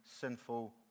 sinful